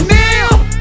now